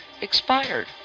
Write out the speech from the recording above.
expired